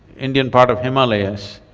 indian part of himalayas,